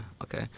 okay